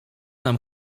nam